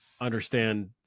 understand